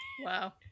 Wow